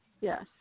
Yes